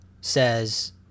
says